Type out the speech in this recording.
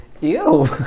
Ew